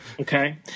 Okay